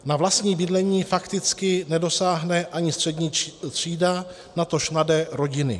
Na vlastní bydlení fakticky nedosáhne ani střední třída, natož mladé rodiny.